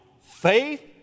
faith